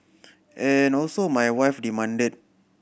and also my wife demanded